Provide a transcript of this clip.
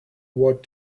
what